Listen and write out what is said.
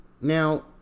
now